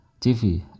TV